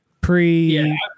pre